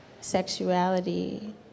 sexuality